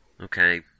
Okay